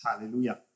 Hallelujah